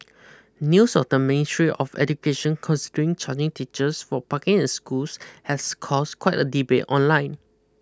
News of the Ministry of Education considering charging teachers for parking in schools has caused quite a debate online